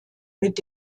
mit